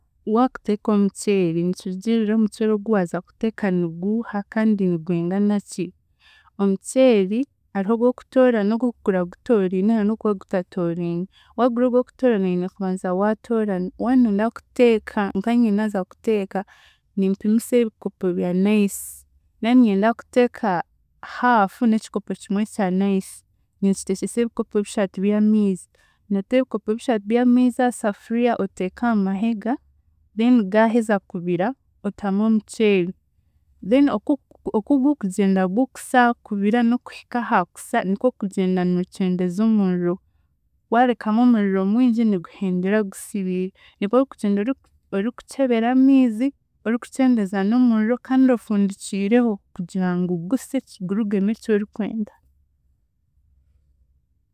Waakuteeka omuceeri nikirugiirira omuceeri ogu waaza kuteeka niguuha kandi nigwingana ki, Omuceeri hariho ogw'okutoorana ogu okugura gutooriine n'ogu okugura gutatooriine, waagura ogw'okutoorana oine kubanza waatoorana. Waanoyenda kuteeka, nkaanye naaza kuteeka, nimpimisa ebikopo bya nice. Naaniinyenda kuteeka half n'ekikopo kimwe kya nice, ninkiteekyesa ebikopo bishatu by'amiizi. Noota ebikopo bishatu by'amiizi aha safuriya oteeke aha mahega, then gaaheza kubira, otamu omuceeri then oku- okugugyenda gukusa, kubira n'okuhika aha kusa nikwe okugyenda nookyendeeza omuriro, waarekamu omuriro mwingi niguhendera gusiriire. Nikwe okugyenda orikukyebera amiizi, orikukyendeeza n'omuriro kandi ofundikiireho kugira ngu guse gurugemu eki orikwenda.